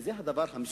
וזה הדבר המסוכן.